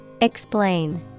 Explain